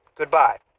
goodbye